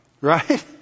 Right